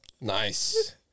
Nice